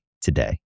today